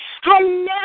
Hello